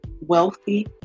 wealthy